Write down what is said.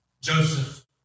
Joseph